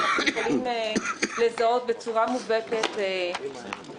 כך שאנחנו יכולים לזהות בצורה מובהקת ענפים,